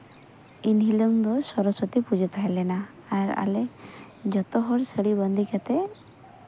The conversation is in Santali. ᱮᱱ ᱦᱤᱞᱳᱜ ᱫᱚ ᱥᱚᱨᱚᱥᱚᱛᱤ ᱯᱩᱡᱟᱹ ᱛᱟᱦᱮᱸ ᱞᱮᱱᱟ ᱟᱨ ᱟᱞᱮ ᱡᱚᱛᱚ ᱦᱚᱲ ᱥᱟᱹᱲᱤ ᱵᱟᱸᱫᱮ ᱠᱟᱛᱮᱫ